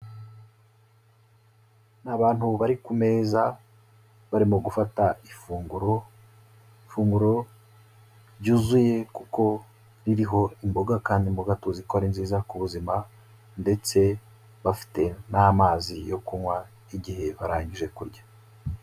Ni abantu bari ku meza, barimo gufata ifunguro, ifunguro ryuzuye kuko ririho imboga kandi imboga tuzi ko ari nziza ku buzima, ndetse bafite n'amazi yo kunywa igihe barangije kurya.